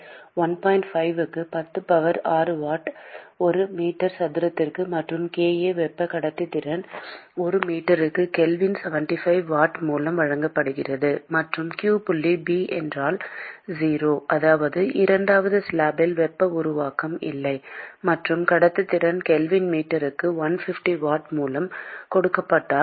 5 க்கு 10 power 6 watt ஒரு metre கனசதுரத்திற்கு மற்றும் kA வெப்ப கடத்துத்திறன் ஒரு மீட்டருக்கு கெல்வின் 75 வாட் மூலம் வழங்கப்படுகிறது மற்றும் q புள்ளி B என்றால் 0 அதாவது இரண்டாவது ஸ்லாப்பில் வெப்ப உருவாக்கம் இல்லை மற்றும் கடத்துத்திறன் கெல்வின் மீட்டருக்கு 150 வாட் மூலம் கொடுக்கப்பட்டால்